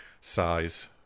size